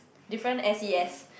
different s_e_s